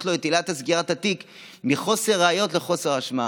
לו את עילת סגירת התיק מחוסר ראיות לחוסר אשמה.